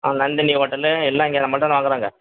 Nandini hotel எல்லாம் இங்கே நம்பள்கிட்ட தானே வாங்குகிறாங்க